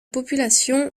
population